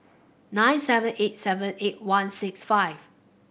nine seven eight seven eight one six five